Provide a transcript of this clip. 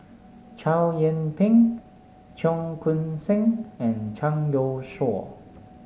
Chow Yian Ping Cheong Koon Seng and Zhang Youshuo